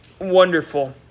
Wonderful